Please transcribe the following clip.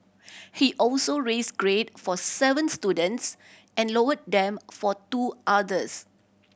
he also raised grade for seven students and lowered them for two others